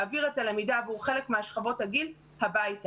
להעביר את הלמידה עבור חלק משכבות הגיל הביתה.